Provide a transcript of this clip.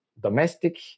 Domestic